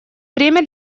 время